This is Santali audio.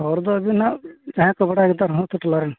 ᱦᱚᱲ ᱫᱚ ᱟᱹᱵᱤᱱᱟᱜ ᱡᱟᱸᱦᱟᱭ ᱠᱚ ᱵᱟᱲᱟᱭ ᱱᱮᱛᱟᱨ ᱦᱚᱸ ᱟᱛᱳ ᱴᱚᱞᱟ ᱨᱮᱱ